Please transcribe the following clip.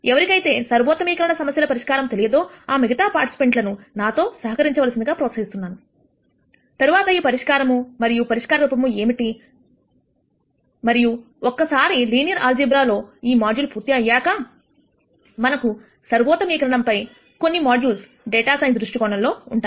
ఎవరికైతే సర్వోత్తమీకరణ సమస్యల పరిష్కారము తెలియదో ఆ మిగతా పార్టిసిపెంట్స్లను నాతో సహకరించవలసిందిగా ప్రోత్సహిస్తున్నాను తర్వాత ఈ పరిష్కారం మరియు పరిష్కార రూపము ఏమిటి మరియు ఒక్కసారి లీనియర్ ఆల్జీబ్రా లో ఈ మాడ్యూల్ పూర్తి అయ్యాక మనకు సర్వోత్తమీకరణం పై కొన్ని మాడ్యూల్స్ డేటా సైన్స్ దృష్టికోణంలో ఉంటాయి